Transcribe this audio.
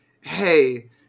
hey